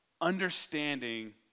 understanding